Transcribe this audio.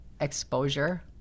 exposure